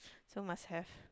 so must have